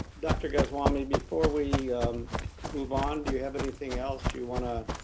dr. goswami before we move on, do you have anything else you want to